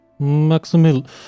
Maximil